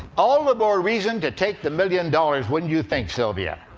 all the more reason to take the million dollars, wouldn't you think, sylvia?